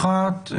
האחת,